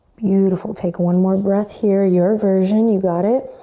beautiful, take one more breath here, your version. you got it.